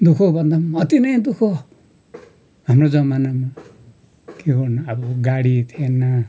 दु ख भन्दा पनि अति नै दु ख हाम्रो जमानामा के गर्नु अब गाडी थिएन